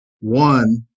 One